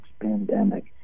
pandemic